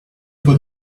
for